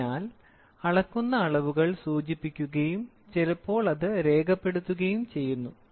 അതിനാൽ അളക്കുന്ന അളവുകൾ സൂചിപ്പിക്കുകയും ചിലപ്പോൾ ഇത് രേഖപ്പെടുത്തുകയും ചെയ്യുന്നു